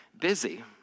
busy